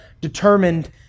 determined